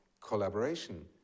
collaboration